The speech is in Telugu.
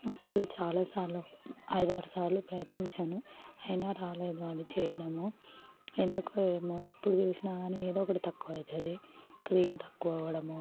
అస్సలు చాలాసార్లు ఐదారు సార్లు ప్రయత్నించాను అయినా రాలేదు అది చేయడము ఎందుకో ఏమో ఎప్పుడు చూసినా గానీ ఏదో ఒకటి తక్కువవుతుంది క్రీమ్ తక్కువవ్వడము